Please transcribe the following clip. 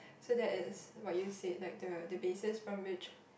so that is what you said like the the basis from which